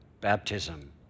baptism